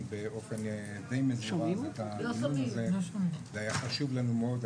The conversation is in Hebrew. באופן די מזורז את הדיון הזה והיה חשוב לנו מאוד,